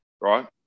right